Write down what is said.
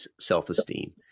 self-esteem